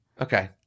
Okay